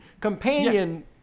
Companion